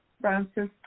Francis